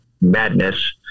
madness